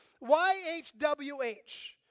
Y-H-W-H